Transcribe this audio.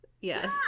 Yes